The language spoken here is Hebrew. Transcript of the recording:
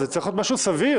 זה צריך להיות משהו סביר.